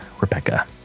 Rebecca